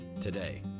today